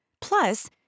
Plus